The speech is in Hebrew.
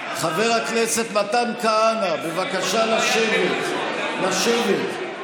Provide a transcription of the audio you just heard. חבר הכנסת מתן כהנא, בבקשה לשבת, לשבת.